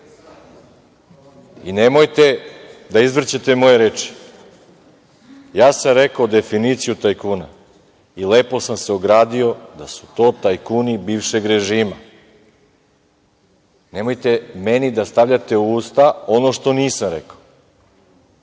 da izvrćete moje reči. Ja sam rekao definiciju tajkuna i lepo sam se ogradio da su to tajkuni bivšeg režima. Nemojte meni da stavljate u usta ono što nisam rekao,